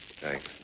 Thanks